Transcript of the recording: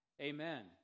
Amen